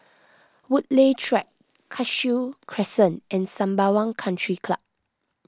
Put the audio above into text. Woodleigh Track Cashew Crescent and Sembawang Country Club